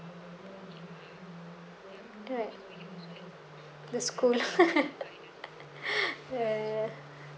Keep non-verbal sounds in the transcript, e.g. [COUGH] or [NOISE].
right the school [LAUGHS] ya ya